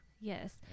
Yes